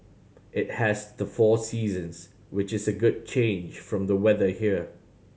it has the four seasons which is a good change from the weather here